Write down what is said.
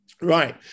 right